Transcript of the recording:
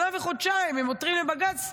שנה וחודשיים הם עותרים לבג"ץ,